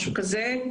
משהו כזה,